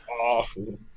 awful